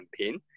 campaign